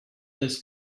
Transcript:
this